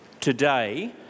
today